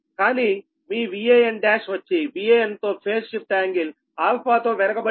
కానీ మీ Van1 వచ్చి Van తో ఫేజ్ షిఫ్ట్ యాంగిల్ α తో వెనుకబడి ఉంది